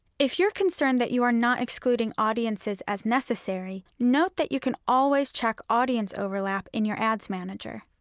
if you're concerned that you are not excluding audiences as necessary, note that you can always check audience overlap in your ads manager.